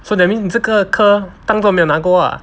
so that means 这个科当作没有拿过 lah